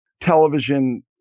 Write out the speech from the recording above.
television